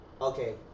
okay